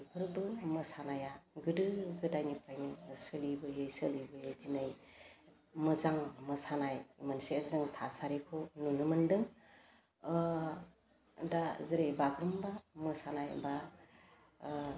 बेफोरबो मोसानाया गोदो गोदायनिफ्रायनो सोलिबोयै सोलिबोयै दिनै मोजां मोसानाय मोनसे जों थासारिखौ नुनो मोनदों ओह दा जेरै बागुरुम्बा मोसानाय बा ओह